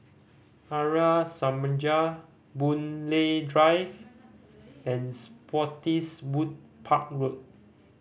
Arya Samaj Boon Lay Drive and Spottiswoode Park Road